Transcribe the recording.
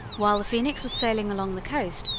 while the phoenix was sailing along the coast,